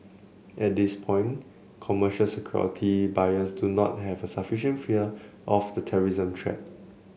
at this point commercial security buyers do not have a sufficient fear of the terrorism threat